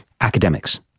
Academics